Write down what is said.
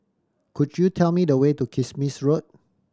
could you tell me the way to Kismis Road